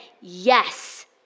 yes